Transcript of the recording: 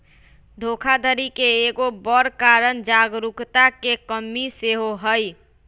धोखाधड़ी के एगो बड़ कारण जागरूकता के कम्मि सेहो हइ